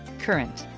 current.